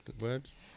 words